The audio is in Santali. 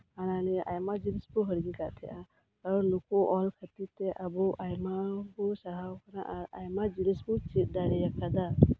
ᱦᱟᱱᱟ ᱱᱤᱭᱟᱹ ᱟᱭᱢᱟ ᱡᱤᱱᱤᱥᱵᱚ ᱦᱤᱲᱤᱧ ᱟᱠᱟᱫ ᱛᱟᱦᱮᱸᱫᱼᱟ ᱟᱨ ᱱᱩᱠᱩ ᱚᱞ ᱠᱷᱟᱹᱛᱤᱨ ᱛᱮ ᱟᱵᱚ ᱟᱭᱢᱟ ᱵᱚ ᱥᱟᱦᱟᱣ ᱟᱠᱟᱱᱟ ᱟᱨ ᱟᱭᱢᱟ ᱡᱤᱱᱤᱥ ᱵᱚ ᱪᱮᱫ ᱫᱟᱲᱮᱭᱟᱠᱟᱫᱟ